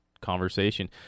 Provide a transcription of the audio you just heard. conversation